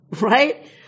Right